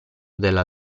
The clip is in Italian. della